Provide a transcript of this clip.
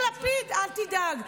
אל תדאג.